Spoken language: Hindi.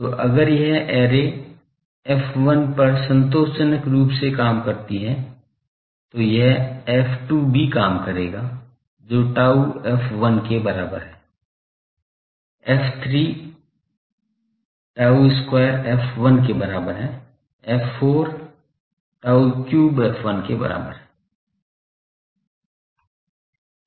तो अगर यह ऐरे f1 पर संतोषजनक रूप से काम करती है तो यह f2 पर भी काम करेगा जो tau f1 के बराबर है f3 tau square f1 के बराबर है f4 tau cube f1 आदि के बराबर है